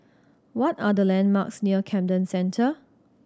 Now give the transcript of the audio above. what are the landmarks near Camden Centre